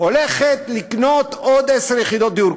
הולכים לקנות עוד עשר יחידות דיור.